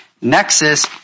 nexus